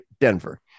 Denver